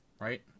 right